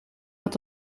dat